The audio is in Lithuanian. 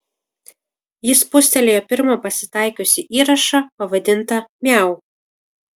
ji spustelėjo pirmą pasitaikiusį įrašą pavadintą miau